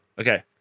Okay